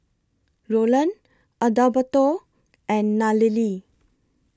Rolland Adalberto and Nallely